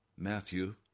Matthew